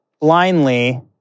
blindly